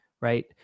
right